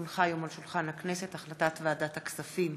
כי הונחה היום על שולחן הכנסת החלטת ועדת הכספים